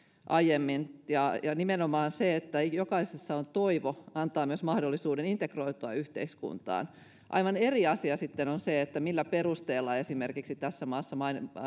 aiemmin ja ja nimenomaan se että jokaisella on toivo antaa myös mahdollisuuden integroitua yhteiskuntaan aivan eri asia sitten on millä perusteella esimerkiksi tässä maassa